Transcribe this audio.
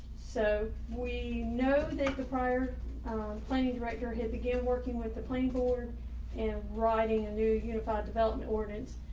so we know that the prior um um planning director, he began working with the playing board and ah writing a new unified development ordinance,